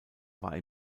war